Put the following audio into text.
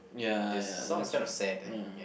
ya ya that's true ya